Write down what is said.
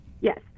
Yes